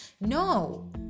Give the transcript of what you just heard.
No